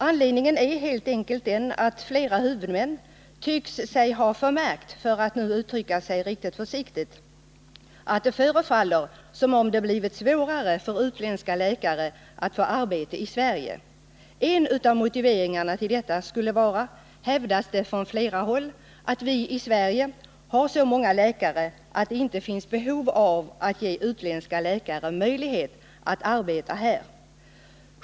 Anledningen är helt enkelt den, att flera huvudmän tycker sig ha förmärkt — om man skall uttrycka sig riktigt försiktigt — att det förefaller som om det blivit svårare för utländska läkare att få arbeta i Sverige. En av motiveringarna till detta skulle vara — det hävdas från flera håll — att vi i Sverige har så många läkare att det inte finns behov av att ge utländska läkare möjlighet att arbeta här.